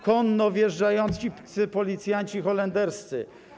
Konno wjeżdżający policjanci holenderscy.